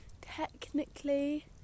technically